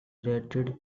regretted